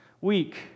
week